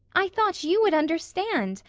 i thought you would understand.